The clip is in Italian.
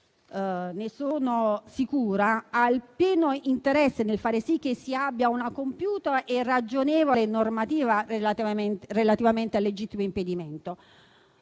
ne sono sicura - ha il pieno interesse nel far sì che si abbia una compiuta e ragionevole normativa relativamente al legittimo impedimento